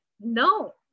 No